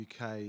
UK